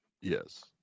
Yes